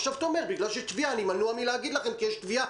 עכשיו אתה אומר: אני מנוּע מלהגיד לכם כי יש תביעה,